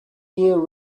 year